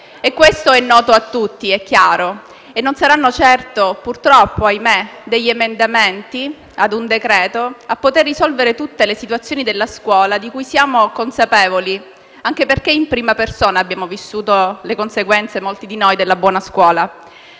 Ciò è noto a tutti ed è chiaro. Non saranno certo, purtroppo, ahimè, degli emendamenti a un decreto-legge a poter risolvere tutte le situazioni della scuola di cui siamo consapevoli, anche perché molti di noi in prima persona hanno vissuto le conseguenze della buona scuola.